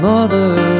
Mother